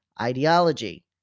ideology